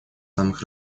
самых